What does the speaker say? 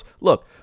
look